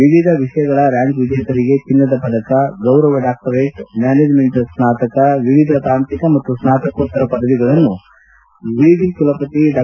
ವಿವಿಧ ವಿಷಯಗಳ ರ್ಕ್ಯಾಂಕ್ ವಿಜೇತರಿಗೆ ಚಿನ್ನದ ಪದಕ ಗೌರವ ಡಾಕ್ಟರೇಟ್ ಮ್ಯಾನೇಜ್ಮೆಂಟ್ ಸ್ನಾತಕ ವಿವಿಧ ತಾಂತ್ರಿಕ ಮತ್ತು ಸ್ನಾತಕೋತ್ತರ ಪದವಿಗಳನ್ನು ವಿಶ್ವವಿದ್ಯಾಲಯದ ಕುಲಪತಿ ಡಾ